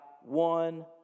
one